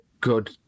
good